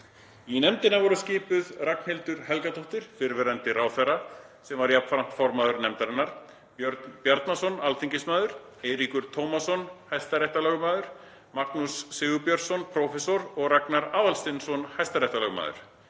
Í nefndina voru skipuð Ragnhildur Helgadóttir, fyrrverandi ráðherra, sem var jafnframt formaður nefndarinnar, Björn Bjarnason alþingismaður, Eiríkur Tómasson hæstaréttarlögmaður, Markús Sigurbjörnsson prófessor, og Ragnar Aðalsteinsson hæstaréttarlögmaður.